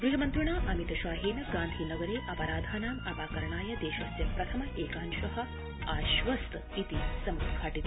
गृहमन्त्रिणा अमित शाहेन गांधीनगरे अपराधानाम् अपकरणाय देशस्य प्रथम एकांश आश्वस्त इति समुद्धाटित